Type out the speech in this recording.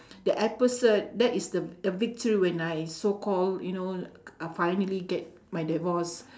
the episode that is the the victory when I so-called you know c~ finally get my divorce